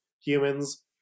humans